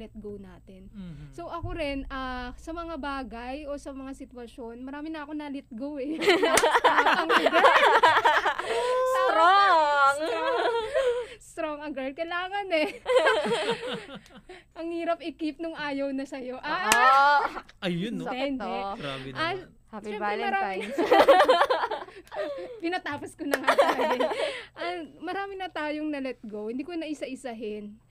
let go natin. Mhm. So, ako rin, ah, sa mga bagay o sa mga sitwasyon, marami na ako na-let go eh. Na- na- ang girl. Tama. Strong. Strong. Strong ang girl. Kailangan eh. Ang hirap i-keep nung ayaw na sa'yo. Ah, ah. Ah, ah. Ayun, no? Hindi, Sakit hindi. 'to. Grabe Ah, naman. Happy syempre, marami- Valentine's. Pinatapos ko na nga tayo eh. Ah, marami na tayong na-let go. Hindi ko na isa-isahin.